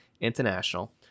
International